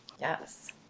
Yes